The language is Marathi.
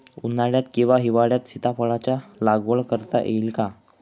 उन्हाळ्यात किंवा हिवाळ्यात सीताफळाच्या लागवड करता येईल का?